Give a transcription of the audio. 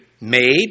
made